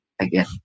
again